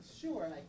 Sure